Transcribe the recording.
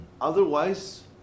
Otherwise